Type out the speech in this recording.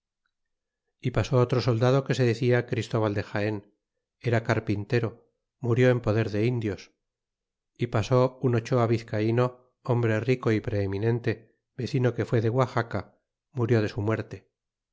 e pasó otro soldado que se decia christóval de jaen era carpintero murió en poder de indios e pasó un ochoa vizcaino hombre rico y preeminente vecino que fue de guaxaca murió de su muerte